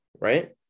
Right